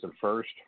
first